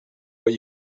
what